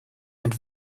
and